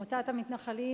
עמותת המתנחלים,